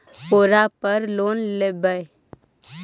ओरापर लोन लेवै?